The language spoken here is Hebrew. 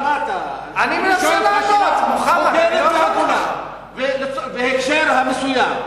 אני שואל אותך שאלה הוגנת והגונה בהקשר המסוים.